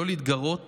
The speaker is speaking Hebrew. לא להתגרות